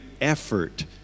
effort